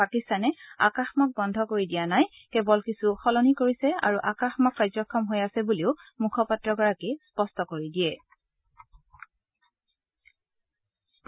পাকিস্তানে ভাৰতৰ আকাশমাৰ্গ বন্ধ কৰি দিয়া নাই কেৱল কিছু সলনি কৰিছে আৰু আকাশমাৰ্গ কাৰ্যক্ষম হৈ আছে বুলিও মুখপাত্ৰগৰাকীয়ে স্পষ্টীকৰণ কৰিছে